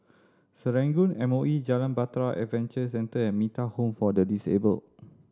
Serangoon M O E Jalan Bahtera Adventure Centre and Metta Home for the Disabled